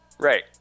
Right